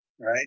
right